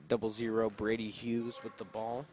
double zero brady hughes with the ball